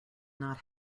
not